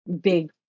big